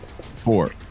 four